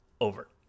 over